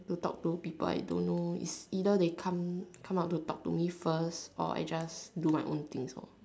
to talk to people I don't know is either they come come up and talk to me first or I just do my own things hor